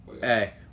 Hey